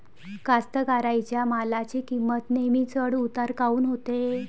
कास्तकाराइच्या मालाची किंमत नेहमी चढ उतार काऊन होते?